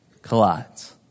collides